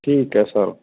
ਠੀਕ ਹੈ ਸਰ